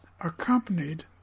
accompanied